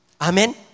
Amen